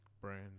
brand